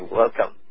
welcome